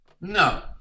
No